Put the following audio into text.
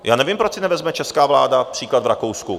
Já nevím, proč si nevezme česká vláda příklad v Rakousku?